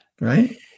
right